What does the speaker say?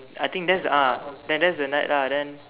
I think that's the uh that's that's the night lah then